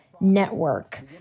network